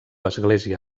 església